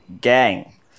gang